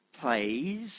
plays